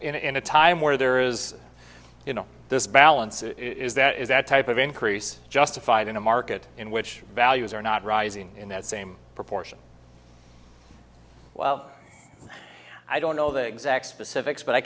in a time where there is you know this balance it is that is that type of increase justified in a market in which values are not rising in that same proportion well i don't know the exact specifics but i